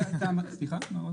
סליחה, מה?